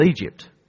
Egypt